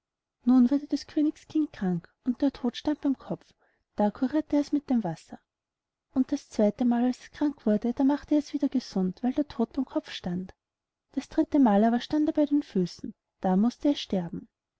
nun wurde des königs kind krank und der tod stand beim kopf da curirte ers mit dem wasser und das zweitemal als es krank wurde da machte ers wieder gesund weil der tod wieder beim kopf stand das dritte mal aber stand er bei den füßen da mußte es sterben